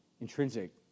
intrinsic